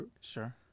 Sure